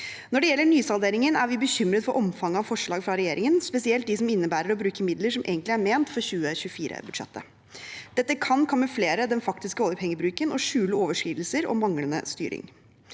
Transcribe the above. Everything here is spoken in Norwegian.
Når det gjelder nysalderingen, er vi bekymret for omfanget av forslag fra regjeringen, spesielt dem som innebærer å bruke midler som egentlig er ment for 2024-budsjettet. Dette kan kamuflere den faktiske oljepengebruken og skjule overskridelser og manglende styring.